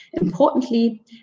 Importantly